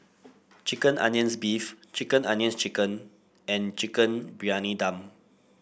chicken onions beef chicken onions chicken and Chicken Briyani Dum